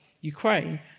Ukraine